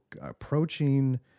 approaching